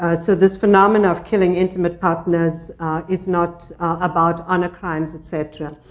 ah so this phenomena of killing intimate partners is not about honor crimes, et cetera.